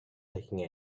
taking